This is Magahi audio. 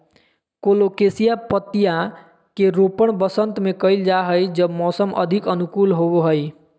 कोलोकेशिया पत्तियां के रोपण वसंत में कइल जा हइ जब मौसम अधिक अनुकूल होबो हइ